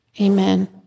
Amen